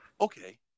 okay